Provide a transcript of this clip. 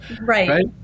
right